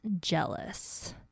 jealous